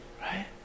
right